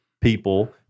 people